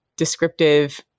descriptive